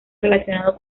relacionado